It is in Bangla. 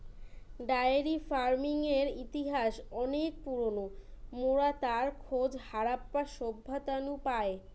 ডায়েরি ফার্মিংয়ের ইতিহাস অনেক পুরোনো, মোরা তার খোঁজ হারাপ্পা সভ্যতা নু পাই